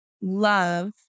love